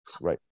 Right